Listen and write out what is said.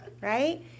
right